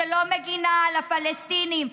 שלא מגינה על הפלסטינים,